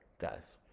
guys